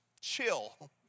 chill